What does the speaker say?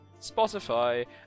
Spotify